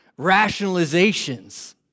rationalizations